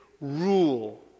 rule